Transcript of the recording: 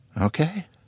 Okay